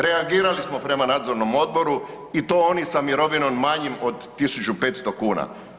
Reagirali smo prema Nadzornom odboru i to oni sa mirovinom manjom od 1500 kn.